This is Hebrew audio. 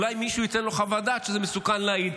אולי מישהו ייתן לו חוות דעת שזה מסוכן להעיד.